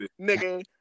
Nigga